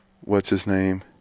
what's-his-name